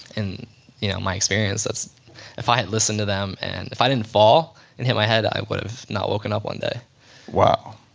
and you know my experience, if i had listened to them. and if i didn't fall and hit my head, i would've not woken up one day wow.